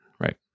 Right